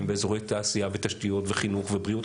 ואזורי תעשייה ותשתיות וחינוך ובריאות,